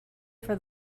for